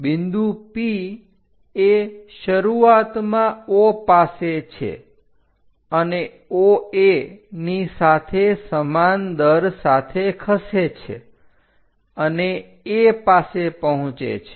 બિંદુ P એ શરૂઆતમાં O પાસે છે અને OA ની સાથે સમાન દર સાથે ખસે છે અને A પાસે પહોંચે છે